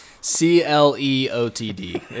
C-L-E-O-T-D